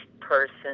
person